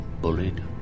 bullied